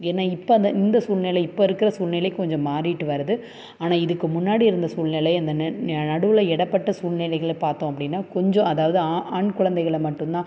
ஏன்னால் இப்போ அந்த இந்த சூழ்நிலை இப்போ இருக்கிற சூழ்நிலை கொஞ்சம் மாறிகிட்டு வருது ஆனால் இதுக்கு முன்னாடி இருந்த சூழ்நிலை இந்த ந நடுவில் இடைப்பட்ட சூழ்நிலைகள பார்த்தோம் அப்படின்னா கொஞ்சம் அதாவது ஆ ஆண் குழந்தைகள மட்டும்தான்